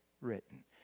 written